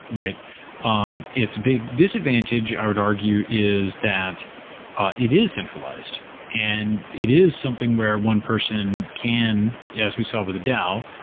um its big disadvantage i would argue is that it is centralized and it is something where one person can yeah as we saw with dao,